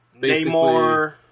Namor